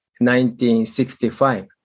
1965